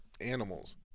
animals